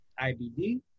IBD